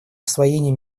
освоение